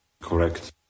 correct